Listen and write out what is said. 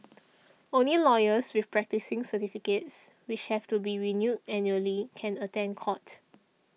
only lawyers with practising certificates which have to be renewed annually can attend court